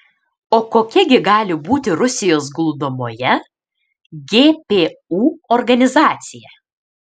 o kokia gi gali būti rusijos glūdumoje gpu organizacija